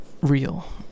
real